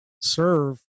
serve